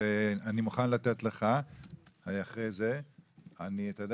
ואנחנו מבקשים מהוועדה שתעקוב אחרי הפרסום.